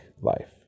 life